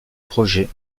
projet